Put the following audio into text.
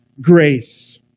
grace